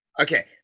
okay